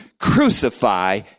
Crucify